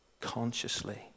consciously